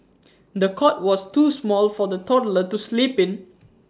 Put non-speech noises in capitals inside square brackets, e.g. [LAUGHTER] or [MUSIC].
[NOISE] the cot was too small for the toddler to sleep in [NOISE]